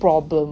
problem